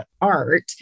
art